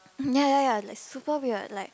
mm ya ya ya like super weird like